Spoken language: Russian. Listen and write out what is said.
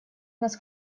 нас